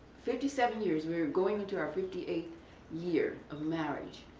fifty seven years we are going into our fifty eighth year of marriage,